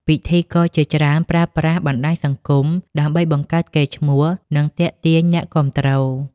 ពិធីករជាច្រើនប្រើប្រាស់បណ្ដាញសង្គមដើម្បីបង្កើតកេរ្តិ៍ឈ្មោះ និងទាក់ទាញអ្នកគាំទ្រ។